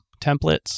templates